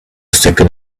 second